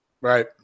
Right